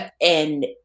and-